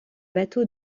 bateau